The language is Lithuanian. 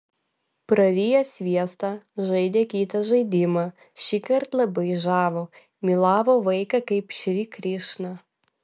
prariję sviestą žaidė kitą žaidimą šįkart labai žavų mylavo vaiką kaip šri krišną